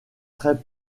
très